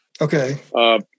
Okay